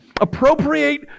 appropriate